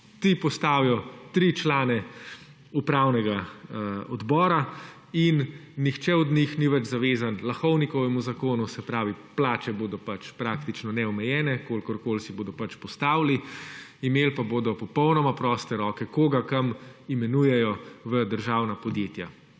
Ti postavijo tri člane upravnega odbora in nihče od njih ni več zavezan Lahovnikovemu zakonu, se pravi plače bodo neomejene, kolikor si bodo pač postavili, imeli pa bodo popolnoma proste roke koga kam imenujejo v državna podjetja